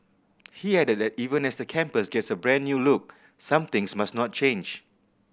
he added that even as the campus gets a brand new look some things must not change